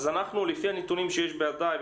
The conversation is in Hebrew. לפי הנתונים שיש בידיי,